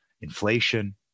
inflation